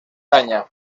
caña